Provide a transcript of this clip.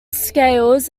scales